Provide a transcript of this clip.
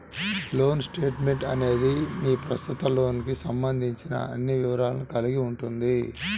loan statement అనేది మీ ప్రస్తుత లోన్కు సంబంధించిన అన్ని వివరాలను కలిగి ఉంటుంది